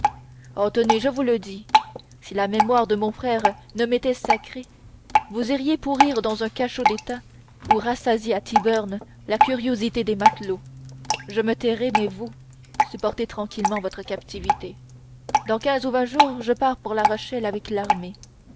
tenez je vous le dis si la mémoire de mon frère ne m'était sacrée vous iriez pourrir dans un cachot d'état ou rassasier à tyburn la curiosité des matelots je me tairai mais vous supportez tranquillement votre captivité dans quinze ou vingt jours je pars pour la rochelle avec l'armée